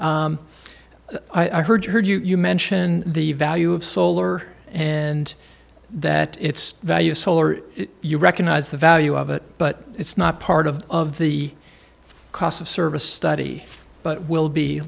i heard heard you mention the value of solar and that it's value solar you recognize the value of it but it's not part of of the cost of service study but will be